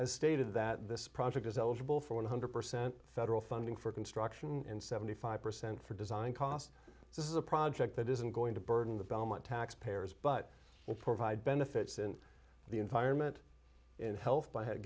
has stated that this project is eligible for one hundred percent federal funding for construction and seventy five percent for design costs this is a project that isn't going to burden the belmont taxpayers but will provide benefits in the environment in health by head